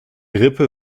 rippe